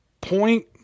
Point